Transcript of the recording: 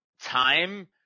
time